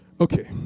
Okay